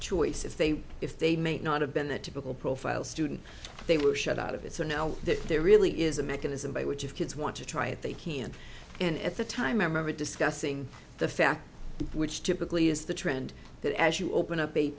choice if they if they may not have been the typical profile student they were shut out of it so now that there really is a mechanism by which of kids want to try it they can and at the time i remember discussing the fact which typically is the trend that as you open up a